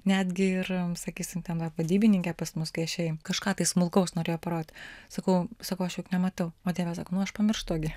netgi ir sakysim ten vat vadybininkė pas mus kai aš jai kažką tai smulkaus norėjo parodyt sakau sakau aš juk nematau o dieve sako nu aš pamirštu gi